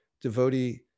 devotee